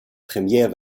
premier